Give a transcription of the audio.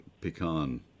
pecan